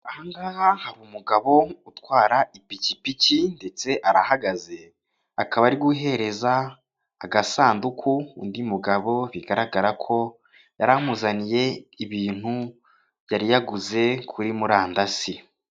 Aha ngaha hari umugabo utwara ipikipiki ndetse arahagaze akaba ari guhereza agasanduku undi mugabo bigaragara ko yari amuzaniye ibintu yari yaguze kuri murandasi.